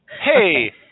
Hey